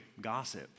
gossip